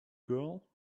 girl